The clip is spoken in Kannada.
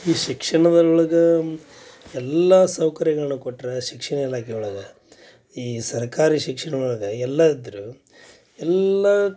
ಈ ಶಿಕ್ಷಣದರೊಳಗಾ ಎಲ್ಲಾ ಸೌಕರ್ಯಗಳನ್ನ ಕೊಟ್ಟರೆ ಶಿಕ್ಷಣ ಇಲಾಖೆ ಒಳಗೆ ಈ ಸರ್ಕಾರಿ ಶಿಕ್ಷಣದ ಒಳಗೆ ಎಲ್ಲದರೂ ಎಲ್ಲಾ